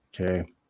Okay